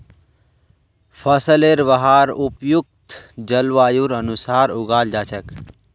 फसलेर वहार उपयुक्त जलवायुर अनुसार उगाल जा छेक